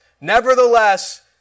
Nevertheless